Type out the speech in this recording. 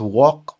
walk